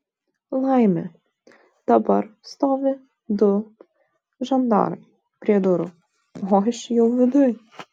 laimė dabar stovi du žandarai prie durų o aš jau viduj